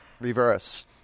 Reverse